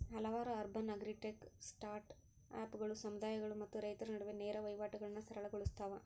ಹಲವಾರು urban agritech ಸ್ಟಾರ್ಟ್ಅಪ್ಗಳು ಸಮುದಾಯಗಳು ಮತ್ತು ರೈತರ ನಡುವೆ ನೇರ ವಹಿವಾಟುಗಳನ್ನಾ ಸರಳ ಗೊಳ್ಸತಾವ